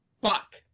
Fuck